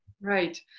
Right